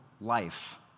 life